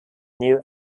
new